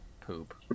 poop